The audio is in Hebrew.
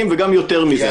וגם ביותר מזה,